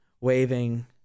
waving